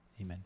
Amen